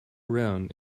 around